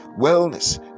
wellness